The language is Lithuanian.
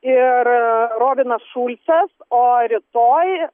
ir robinas šulcas o rytoj